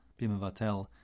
bimavatel